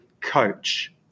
coach